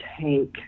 take